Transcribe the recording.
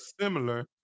similar